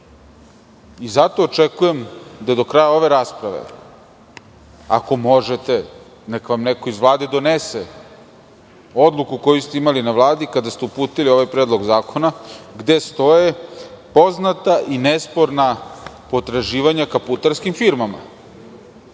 očekujem da do kraja ove rasprave, ako možete nek vam neko iz Vlade donese odluku koju ste imali na Vladi kada ste uputili ovaj predlog zakona, gde stoje poznata i nesporna potraživanja ka putarskim firmama. Ja